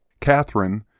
Catherine